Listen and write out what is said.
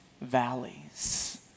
valleys